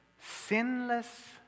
sinless